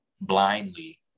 blindly